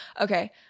Okay